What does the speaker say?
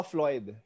Floyd